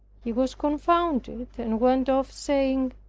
he was confounded and went off, saying,